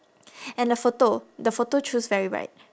and the photo the photo choose very right